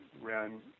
ran